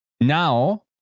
Now